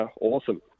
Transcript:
awesome